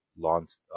launched